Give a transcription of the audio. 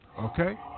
Okay